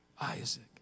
Isaac